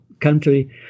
country